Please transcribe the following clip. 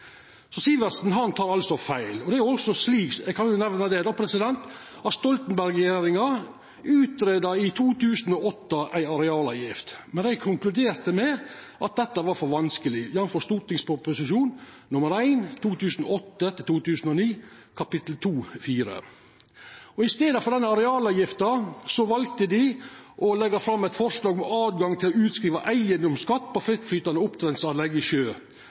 Så Sivertsen tek feil. Eg kan nemna at Stoltenberg-regjeringa i 2008 greidde ut ei arealavgift, men dei konkluderte med at dette var for vanskeleg, jf. St.prp. nr. 1 for 2008–2009, kap. 2.4. I staden for denne arealavgifta valde dei å leggja fram eit forslag om høve til å skriva ut eigedomsskatt på frittflytande oppdrettsanlegg i sjø.